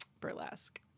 Burlesque